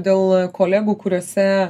dėl kolegų kuriose